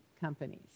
companies